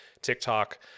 TikTok